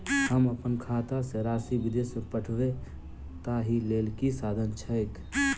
हम अप्पन खाता सँ राशि विदेश मे पठवै ताहि लेल की साधन छैक?